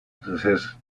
diagnosis